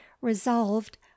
resolved